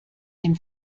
dem